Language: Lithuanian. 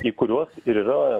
į kuriuos ir yra